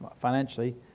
financially